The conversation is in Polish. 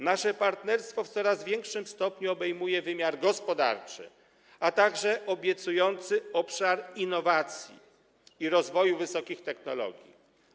Nasze partnerstwo w coraz większym stopniu obejmuje wymiar gospodarczy, a także obiecujący obszar innowacji i rozwoju wysokich technologii.